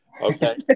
Okay